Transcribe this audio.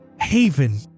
Haven